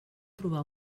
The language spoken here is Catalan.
trobà